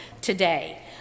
today